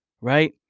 right